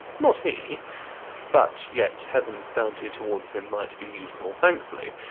not he but yet heaven's bounty towards him might be us'd more thankfully.